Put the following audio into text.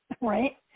Right